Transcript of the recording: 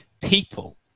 people